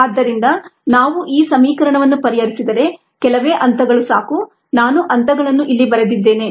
ಆದ್ದರಿಂದ ನಾವು ಈ ಸಮೀಕರಣವನ್ನು ಪರಿಹರಿಸಿದರೆ ಕೆಲವೇ ಹಂತಗಳು ಸಾಕು ನಾನು ಹಂತಗಳನ್ನು ಇಲ್ಲಿ ಬರೆದಿದ್ದೇನೆ